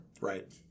right